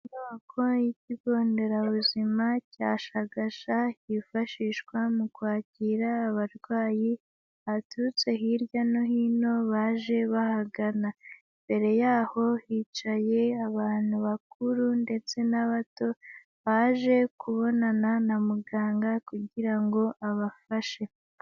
Inyubako y'ikigo nderabuzima cya Shagasha, yifashishwa mu kwakira abarwayi baturutse hirya no hino baje bahagana, imbere yaho hicaye abantu bakuru ndetse n'abato baje kubonana na muganga kugira ngo abafashe.